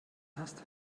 hast